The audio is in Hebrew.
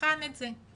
נבחן את זה.